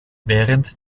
während